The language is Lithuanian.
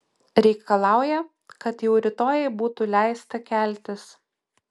reikalauja kad jau rytoj jai būtų leista keltis